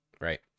right